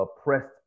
oppressed